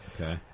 Okay